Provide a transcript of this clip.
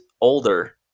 older